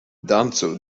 dancu